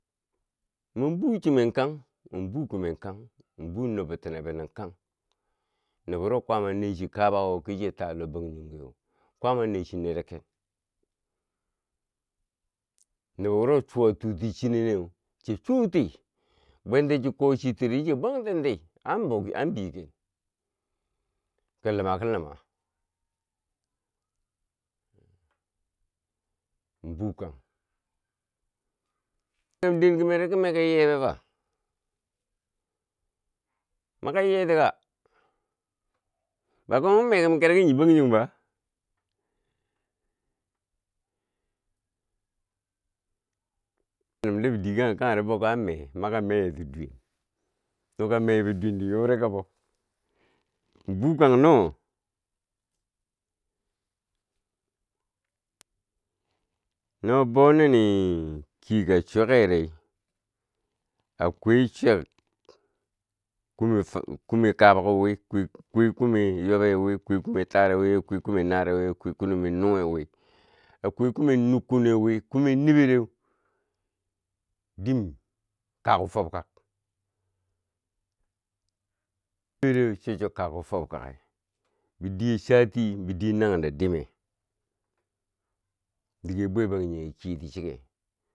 Min buu chimen kang, men buu kumen kang, men buu nob bitinere nin kang, nobo wuro kwaama nechi kabo ko ki chiya ta Lobangjongeu, kwaama anechi nero ken, nobo wuro chuwa tuti chine neu, chiya chi chwouti bwenta chi ko chi tiri ko chiya bwan tenti am an begen ki luma ki luma min bukang de kumero, kume ko yi ye be ba? maka yiyeti ka? ba komkim mekom kero ki nyi bangjong ba? bediye kanghe ri bow kan me ye, maka meyeti duwen noka meye bo duwen di yori kabo bukang no? no bou nini ki ye ka chwiyake ri, akwai chor kume kabako nwe akwai kume yobe wi a kwai kume taare wi akwai ku me naare wi a kwai kume nunghe wi akwai kume nukkuneu we, kume nibereu dim ka kuk fob kak, kume niberau cho chuwa kakuk fob kake bidiye sati diye naghen do dime dige bwe bangjinghe kiyeti chike.